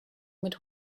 mit